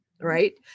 right